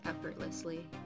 effortlessly